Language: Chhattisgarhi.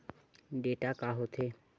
डेटा का होथे?